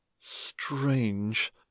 strange